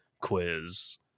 quiz